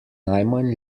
najmanj